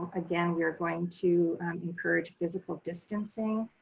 again we're going to encourage physical distancing.